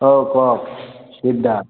অঁ কওক দা